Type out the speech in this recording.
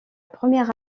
première